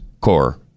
core